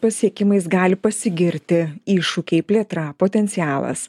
pasiekimais gali pasigirti iššūkiai plėtra potencialas